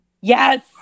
Yes